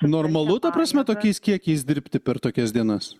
normalu ta prasme tokiais kiekiais dirbti per tokias dienas